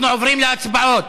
אנחנו עוברים להצבעות.